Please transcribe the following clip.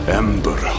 ember